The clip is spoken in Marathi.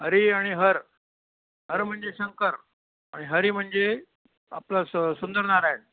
हरी आणि हर हर म्हणजे शंकर आणि हरी म्हणजे आपलं स सुंदरनारायण